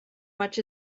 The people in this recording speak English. much